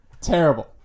terrible